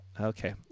Okay